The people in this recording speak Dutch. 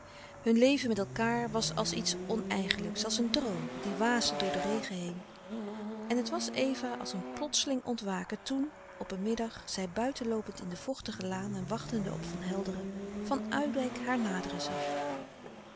hun leven met elkaâr was als iets oneigenlijks als een droom die waasde door den regen heen en het was eva als een plotseling ontwaken toen op een middag zij buiten loopend in de vochtige laan en wachtende op van helderen van oudijck haar naderen zag